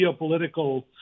geopolitical